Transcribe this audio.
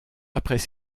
après